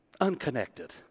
unconnected